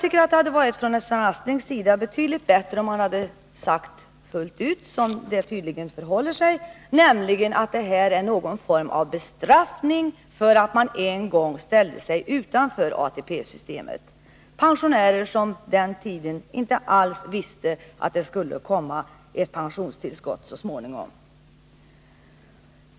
Det hade varit betydligt bättre om Sven Aspling sagt som det förhåller sig, nämligen att detta är någon form av bestraffning för att man en gång ställde sig utanför ATP-systemet. Men på den tiden visste man inte alls att det skulle komma ett pensionstillskott så småningom.